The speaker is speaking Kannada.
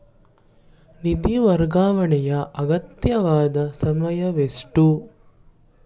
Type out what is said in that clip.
ನಿಧಿ ವರ್ಗಾವಣೆಗೆ ಅಗತ್ಯವಾದ ಸಮಯವೆಷ್ಟು?